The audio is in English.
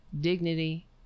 dignity